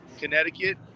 Connecticut